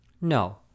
No